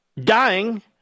dying